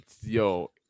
yo